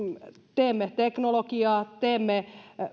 teemme teknologiaa teemme